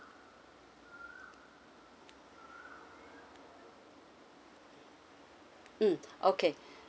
mm okay